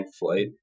flight